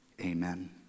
amen